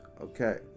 okay